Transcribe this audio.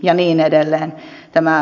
ja niin edelleen